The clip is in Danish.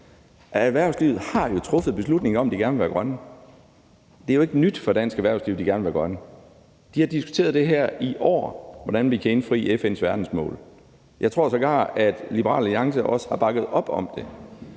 huske på – har jo truffet beslutningen om, at de gerne vil være grønne. Det er ikke nyt for dansk erhvervsliv, at de gerne vil være grønne. De har diskuteret det her i årevis, altså hvordan vi kan indfri FN's verdensmål. Jeg tror sågar, at Liberal Alliance også har bakket op om det.